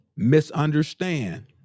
misunderstand